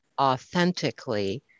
authentically